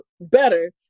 better